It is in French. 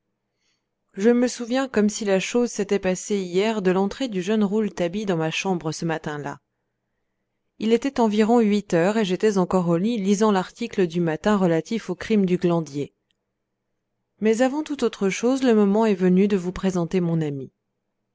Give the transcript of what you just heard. je me souviens comme si la chose s'était passée hier de l'entrée du jeune rouletabille dans ma chambre ce matinlà il était environ huit heures et j'étais encore au lit lisant l'article du matin relatif au crime du glandier mais avant toute autre chose le moment est venu de vous présenter mon ami